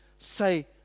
Say